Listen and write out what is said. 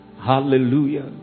Hallelujah